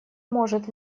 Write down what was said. может